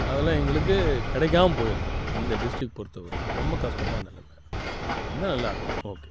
அதெல்லாம் எங்களுக்கு கிடைக்காம போயிடுது இந்த டிஸ்ட்ரிக் பொறுத்தவரையிலும் ரொம்ப கஷ்டமான நிலைம இருந்தால் நல்லா இருக்கும் ஓகே